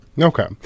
Okay